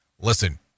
Listen